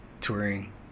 touring